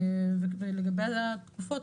ולגבי התקופות,